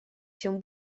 się